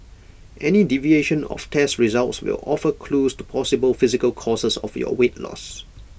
any deviation of test results will offer clues to possible physical causes of your weight loss